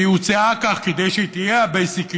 והיא הוצעה כך כדי שהיא תהיה ה-basic income,